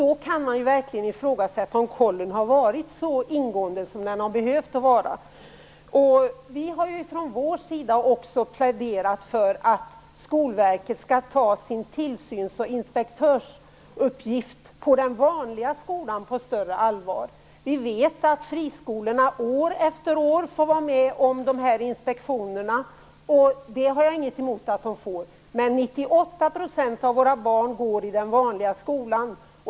Då kan man verkligen fråga sig om kontrollen har varit så ingående som den hade behövt vara. Vi har från vår sida pläderat för att Skolverket skall ta sin tillsyns och inspektörsuppgift också inom den vanliga skolan på större allvar. Vi vet att friskolorna år efter år utsätts för inspektioner, och jag har ingenting emot dem, men 98 % av våra barn går i den vanliga skolan.